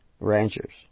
ranchers